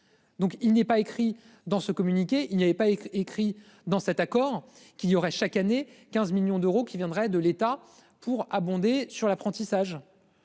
Donc il n'est pas écrit dans ce communiqué, il n'y avait pas été écrit dans cet accord qu'il y aurait chaque année 15 millions d'euros qui viendrait de l'État pour abonder sur l'apprentissage.